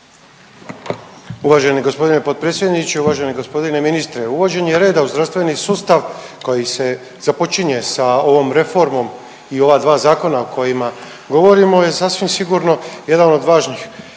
Uvaženi gospodine potpredsjedniče, uvaženi gospodine ministre. Uvođenje reda u zdravstveni sustav koji započinje sa ovom reformom i ova dva zakona o kojima govorimo je sasvim sigurno jedan od važnih